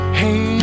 hey